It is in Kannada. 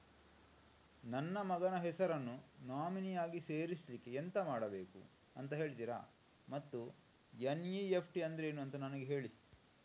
ನನ್ನ ಮಗನ ಹೆಸರನ್ನು ನಾಮಿನಿ ಆಗಿ ಸೇರಿಸ್ಲಿಕ್ಕೆ ಎಂತ ಮಾಡಬೇಕು ಅಂತ ಹೇಳ್ತೀರಾ ಮತ್ತು ಎನ್.ಇ.ಎಫ್.ಟಿ ಅಂದ್ರೇನು ಅಂತ ನನಗೆ ಹೇಳಿ